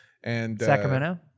Sacramento